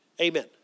Amen